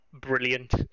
brilliant